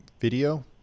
video